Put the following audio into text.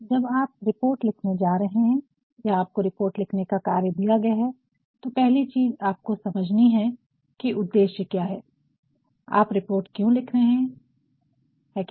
जब आप रिपोर्ट लिखने जा रहे है या आपको रिपोर्ट लिखने का कार्य दिया गया है तो पहली चीज़ आपको समझनी है कि उद्देश्य क्या है आप रिपोर्ट क्यों लिख रहे है है कि नहीं